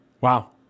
Wow